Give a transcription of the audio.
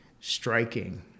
striking